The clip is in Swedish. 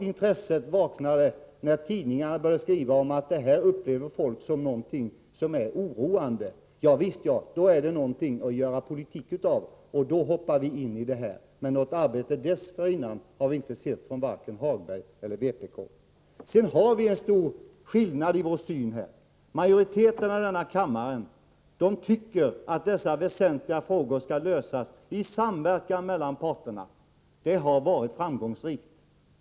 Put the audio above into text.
Intresset vaknade när tidningarna började skriva om att människor upplever asbestanvändningen som oroande. Ja visst, då är det någonting att göra politik av, och då hoppar vpk in, men något arbete dessförinnan har vi inte sett från vare sig Lars-Ove Hagberg eller vpk. Det finns en stor skillnad i fråga om synsättet vad gäller arbetsmiljöarbetet. Majoriteten i denna kammare tycker att dessa frågor skall lösas i samverkan mellan parterna. Det sättet har varit framgångsrikt.